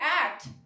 act